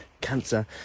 cancer